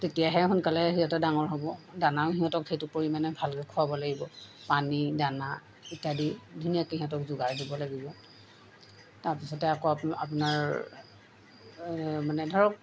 তেতিয়াহে সোনকালে সিহঁতে ডাঙৰ হ'ব দানাও সিহঁতক সেইটো পৰিমাণে ভালকৈ খুৱাব লাগিব পানী দানা ইত্যাদি ধুনীয়াকৈ সিহঁতক যোগাৰ দিব লাগিব তাৰপিছতে আকৌ আপো আপোনাৰ মানে ধৰক